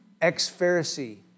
ex-Pharisee